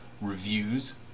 reviews